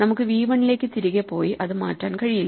നമുക്ക് v 1 ലേക്ക് തിരികെ പോയി അത് മാറ്റാൻ കഴിയില്ല